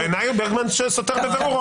בעיניי ברגמן סותר בבירור.